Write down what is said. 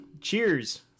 Cheers